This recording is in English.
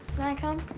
can i come?